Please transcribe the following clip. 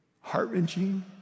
heart-wrenching